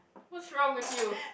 what's wrong with you